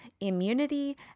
immunity